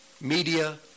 media